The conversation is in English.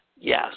yes